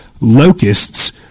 Locusts